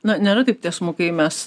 na nėra taip tiesmukai mes